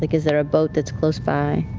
like is there a boat that's close by?